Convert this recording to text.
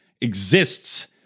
exists